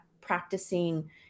practicing